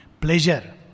pleasure